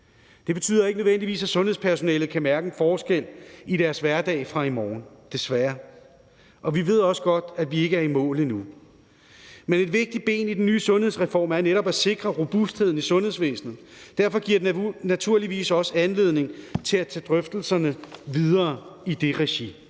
Det betyder ikke nødvendigvis, at sundhedspersonalet kan mærke en forskel i deres hverdag fra i morgen, desværre. Vi ved også godt, at vi ikke er i mål endnu. Men et vigtigt ben i den ny sundhedsreform er netop at sikre robustheden i sundhedsvæsenet. Derfor giver det naturligvis også anledning til at tage drøftelserne videre i det regi.